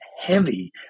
heavy